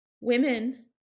women